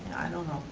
i don't know,